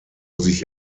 sich